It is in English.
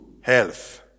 health